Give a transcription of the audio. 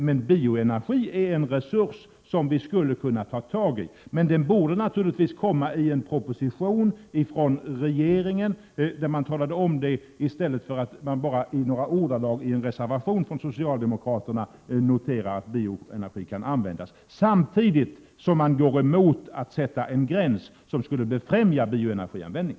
Men bioenergi är en resurs vi skulle kunna ta tag i. Det borde dock föreslås i en proposition från regeringen i stället för att man bara noterar det i korthet i en reservation från socialdemokraterna, där man kort noterar att bioenergi kan användas, samtidigt som man går emot att sätta en gräns som skulle främja bioenergianvändning.